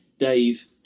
Dave